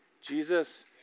Jesus